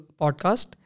podcast